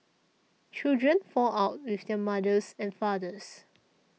children fall out with their mothers and fathers